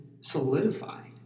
solidified